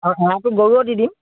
আৰু মোৰটো গৰুৰ দি দিম